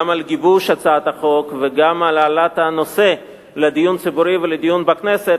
גם על גיבוש הצעת החוק וגם על העלאת הנושא לדיון ציבורי ולדיון בכנסת,